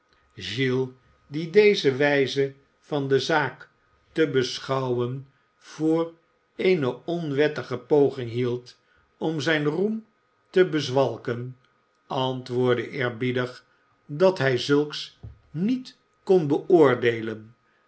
giles die deze wijze van de zaak te beschouwen voor eene onwettige poging hield om zijn roem te bezwalken antwoordde eerbiedig dat de diep ziet er volstrekt niet verschrikkelijk uit hij zulks niet kon beoordeelen